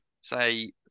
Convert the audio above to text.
say